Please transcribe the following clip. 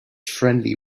friendly